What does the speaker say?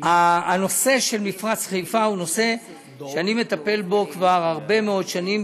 הנושא של מפרץ חיפה הוא נושא שאני מטפל בו כבר הרבה מאוד שנים,